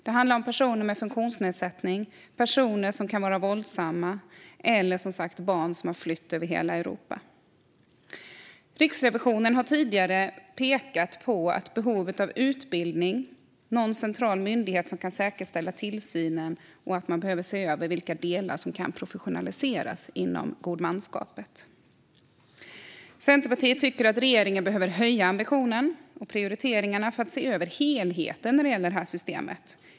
Det handlar om personer med funktionsnedsättningar, personer som kan vara våldsamma eller som sagt barn som har flytt över hela Europa. Riksrevisionen har tidigare pekat på behovet av utbildning, någon central myndighet som kan säkerställa tillsynen och att man behöver se över vilka delar inom godmanskapet som kan professionaliseras. Centerpartiet tycker att regeringen behöver höja ambitionen och prioriteringarna för att se över helheten i systemet.